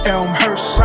Elmhurst